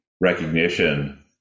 recognition